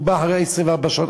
הוא בא אחרי 24 שעות.